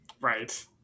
Right